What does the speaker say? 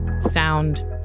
sound